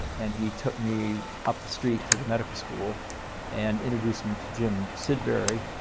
and he took me up the street to the medical school and introduced me to jim sidbury,